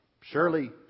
Surely